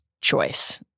Choice